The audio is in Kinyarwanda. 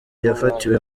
cyafatiwe